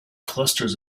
clusters